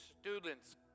students